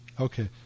Okay